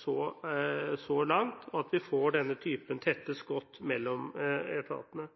så langt at vi får denne typen tette skott mellom etatene.